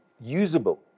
usable